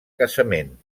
casament